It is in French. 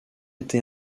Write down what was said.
été